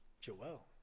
Joel